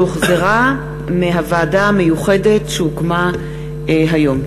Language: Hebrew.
שהחזירה הוועדה המיוחדת שהוקמה היום.